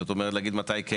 זאת אומרת להגיד מתי כן